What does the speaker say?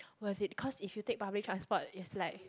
worth it cause if you take public transport it's like